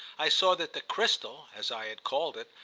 i saw that the crystal, as i had called it,